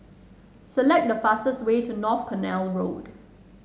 select the fastest way to North Canal Road